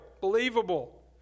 believable